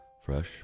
Fresh